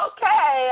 Okay